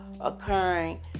occurring